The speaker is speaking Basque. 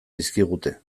dizkigute